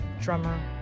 Drummer